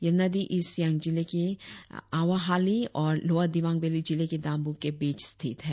यह नदी ईस्ट सियांग जिले के आवहाली और लोअर दिवांग वैली जिले के दामबूक के बिच स्थित है